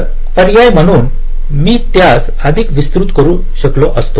तर पर्याय म्हणून मी त्यास अधिक विस्तृत करू शकलो असतो